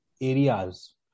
areas